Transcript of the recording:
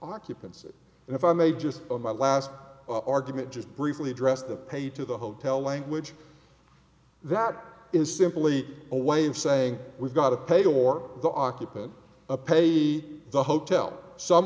occupancy and if i may just on my last argument just briefly address the pay to the hotel language that is simply a way of saying we've got to pay for the occupant a paid the hotel some